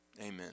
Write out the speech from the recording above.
Amen